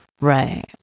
Right